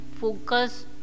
focus